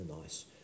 nice